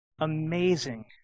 amazing